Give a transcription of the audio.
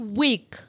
week